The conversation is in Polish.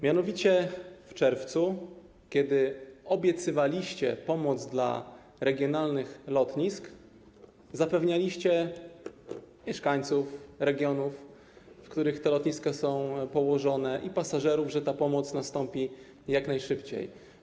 Mianowicie w czerwcu, kiedy obiecywaliście pomoc dla regionalnych lotnisk, zapewnialiście mieszkańców regionów, w których te lotniska są położne, i pasażerów, że ta pomoc nastąpi jak najszybciej.